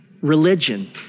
Religion